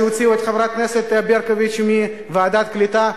כי הוציאו את חברת הכנסת ברקוביץ מוועדת הקליטה,